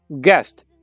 guest